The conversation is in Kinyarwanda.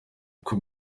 uku